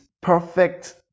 perfect